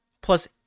plus